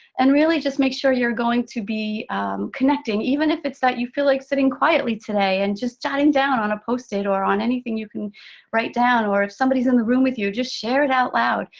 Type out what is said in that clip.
and really just make sure you're going to be connecting, even if it's that you feel like sitting quietly today and just jotting down on a post-it or on anything you can write down, or if somebody is in the room with you, just share it out loud.